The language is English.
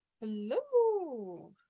hello